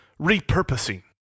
repurposing